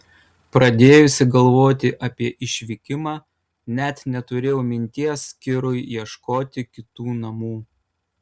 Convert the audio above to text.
pradėjusi galvoti apie išvykimą net neturėjau minties kirui ieškoti kitų namų